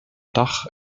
dach